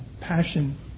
passion